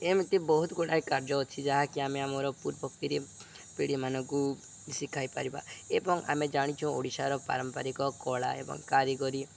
ଏମିତି ବହୁତ ଗୁଡ଼ାଏ କାର୍ଯ୍ୟ ଅଛି ଯାହାକି ଆମେ ଆମର ପୂର୍ବପିଢ଼ି ପିଢ଼ିମାନଙ୍କୁ ଶିଖାଇ ପାରିବା ଏବଂ ଆମେ ଜାଣିଛୁ ଓଡ଼ିଶାର ପାରମ୍ପାରିକ କଳା ଏବଂ କାରିଗରୀ